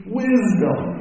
wisdom